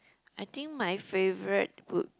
I think my favorite would